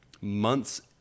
months